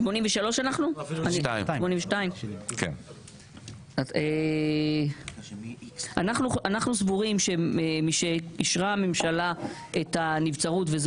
82. אנחנו סבורים שמשאישרה הממשלה את הנבצרות וזה